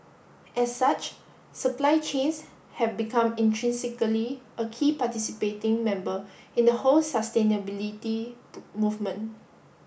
as such supply chains have become intrinsically a key participating member in the whole sustainability movement